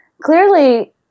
clearly